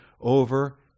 over